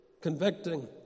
convicting